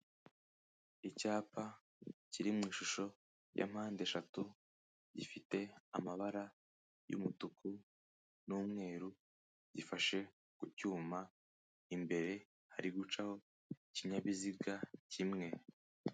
Icyapa kiri mu ishusho ya mpandeshatu gifite amabara y'umutuku n'umweru gifashe ku cyuma, imbere hari gucaho ikinyabiziga kimwe.